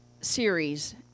series